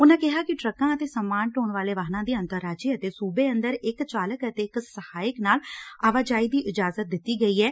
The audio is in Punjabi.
ਉਨਾਂ ਕਿਹਾ ਕਿ ਟਰੱਕਾਂ ਅਤੇ ਸਮਾਨ ਢੋਹਣ ਵਾਲੇ ਵਾਹਨਾਂ ਦੀ ਅੰਤਰ ਰਾਜੀ ਅਤੇ ਸੁਬੇ ਅੰਦਰ ਇਕ ਚਾਲਕ ਅਤੇ ਇਕ ਸਹਾਇਕ ਨਾਲ ਆਵਾਜਾਈ ਦੀ ਇਜ਼ਾਜਤ ਦਿੱਤੀ ਗਈ ਐ